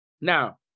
Now